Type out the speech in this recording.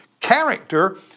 character